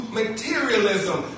materialism